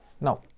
now